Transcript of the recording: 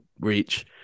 reach